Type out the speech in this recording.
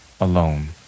alone